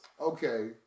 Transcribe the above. okay